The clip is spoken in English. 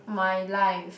my life